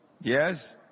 Yes